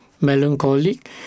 melancholic